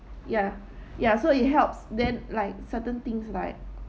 ya ya so it helps then like certain things like